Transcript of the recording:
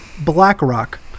blackrock